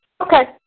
Okay